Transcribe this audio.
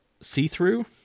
see-through